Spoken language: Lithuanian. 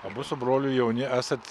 abu su broliu jauni esat